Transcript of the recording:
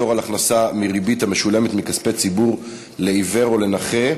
(פטור על הכנסה מריבית המשולמת מכספי פיצויים לעיוור או לנכה),